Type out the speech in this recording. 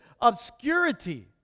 obscurity